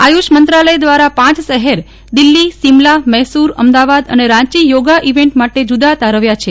આયુષ મંત્રાલય દવારા પ શહેર દિલ્હી સિમલા મૈસર અમદાવાદ અને રાંચી યોગા ઈવેન્ટ માટે જદા તારવ્યા છે